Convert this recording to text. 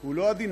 הוא לא הדינאר,